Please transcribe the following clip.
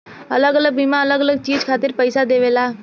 अलग अलग बीमा अलग अलग चीज खातिर पईसा देवेला